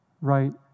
right